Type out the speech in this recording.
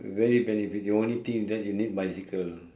very very the only thing is that you need bicycle